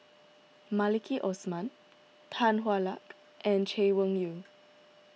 Maliki Osman Tan Hwa Luck and Chay Weng Yew